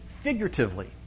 figuratively